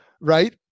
right